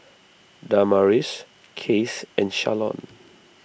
Damaris Case and Shalon